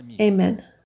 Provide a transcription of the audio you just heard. Amen